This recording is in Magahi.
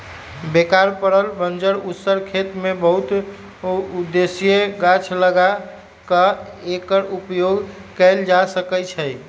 बेकार पड़ल बंजर उस्सर खेत में बहु उद्देशीय गाछ लगा क एकर उपयोग कएल जा सकै छइ